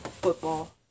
football